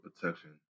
protection